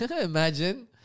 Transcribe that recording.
Imagine